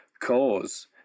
cause